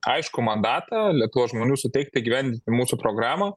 aiškų mandatą lietuvos žmonių suteiktą įgyvendinti mūsų programą